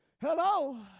Hello